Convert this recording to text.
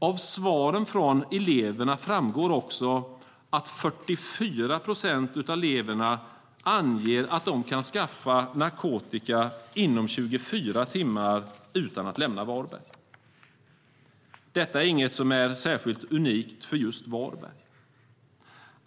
Av svaren framgår också att 44 procent av eleverna kan skaffa narkotika inom 24 timmar utan att lämna Varberg. Detta är inget som är särskilt unikt för just Varberg.